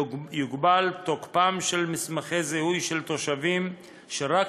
יוגבל תוקפם של מסמכי זיהוי של תושבים שרק